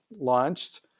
launched